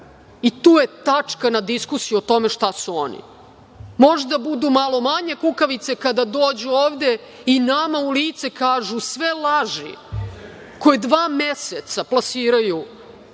i tu je tačka na diskusiju o tome šta su oni. Možda budu malo manje kukavice kada dođu ovde i nama u lice kažu sve laži koje dva meseca plasiraju